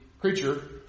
creature